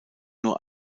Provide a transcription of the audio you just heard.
nur